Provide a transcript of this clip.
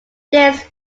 this